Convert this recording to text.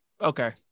okay